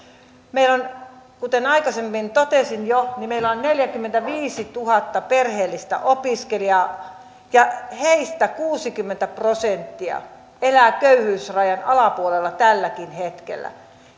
meillä on kuten aikaisemmin totesin jo neljäkymmentäviisituhatta perheellistä opiskelijaa ja heistä kuusikymmentä prosenttia elää köyhyysrajan alapuolella tälläkin hetkellä